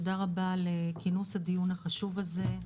תודה רבה על כינוס הדיון החשוב הזה.